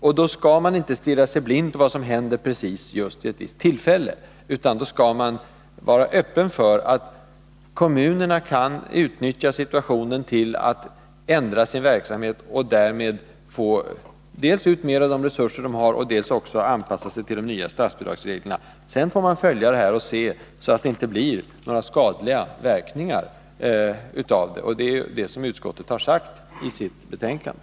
Man skall inte stirra sig blind på vad som gällt vid ett visst tillfälle, utan man skall vara öppen för att kommunerna kan utnyttja situationen till att ändra sin verksamhet och därmed dels få ut mer av de resurser de har, dels anpassa sig till de nya statsbidragsreglerna. Sedan får man följa utvecklingen och se till att det inte blir några skadliga verkningar. Det är ju det som utskottet har sagt i sitt betänkande.